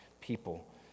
people